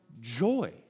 joy